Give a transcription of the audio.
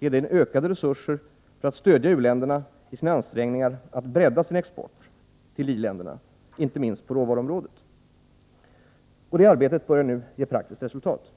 ökade resurser för att stödja u-länderna i deras ansträngningar att bredda sin export till i-länderna inte minst på råvaruområdet. Detta arbete börjar nu ge praktiskt resultat.